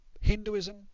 Hinduism